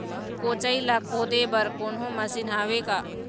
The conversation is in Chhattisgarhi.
कोचई ला खोदे बर कोन्हो मशीन हावे का?